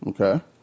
Okay